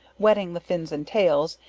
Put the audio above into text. wetting the fins and tails,